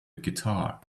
guitar